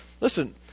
listen